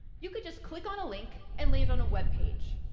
you can just click on a link and land on a web page.